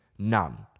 None